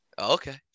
Okay